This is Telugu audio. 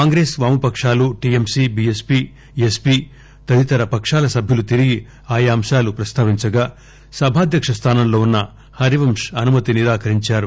కాంగ్రెస్ వామపకాలు టీఎంసీ బీఎస్పీ ఎస్పీ తదితర పకాల సభ్యులు తిరిగి ఆయా అంశాలు ప్రస్తావించగా సభాధ్యక్ష స్థానంలో ఉన్ప హరివంశ్ అనుమతి నిరాకరించారు